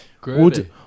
Great